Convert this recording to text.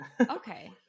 Okay